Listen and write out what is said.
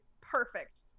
perfect